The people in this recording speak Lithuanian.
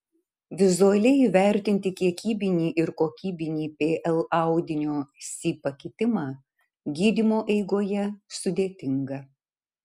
vizualiai įvertinti kiekybinį ir kokybinį pl audinio si pakitimą gydymo eigoje sudėtinga